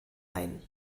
ein